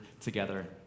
together